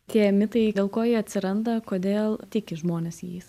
tie mitai dėl ko jie atsiranda kodėl tiki žmonės jais